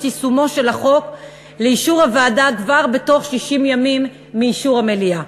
יישומו של החוק לאישור הוועדה כבר בתוך 60 ימים מאישור המליאה.